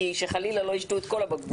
שחלילה לא ישתו את כל הבקבוק.